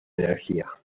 energía